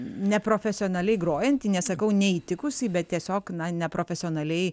neprofesionaliai grojantį nesakau neįtikusį bet tiesiog na neprofesionaliai